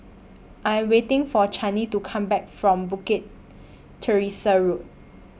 I Am waiting For Channie to Come Back from Bukit Teresa Road